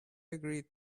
agreed